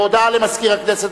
הודעה למזכיר הכנסת.